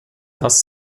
das